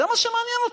זה מה שמעניין אתכם,